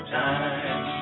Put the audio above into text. time